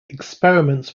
experiments